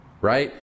right